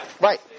Right